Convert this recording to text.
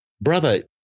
brother